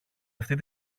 αυτή